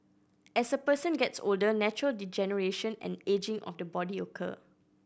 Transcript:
as a person gets older natural degeneration and ageing of the body occur